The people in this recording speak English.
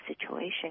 situation